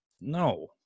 No